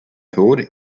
tod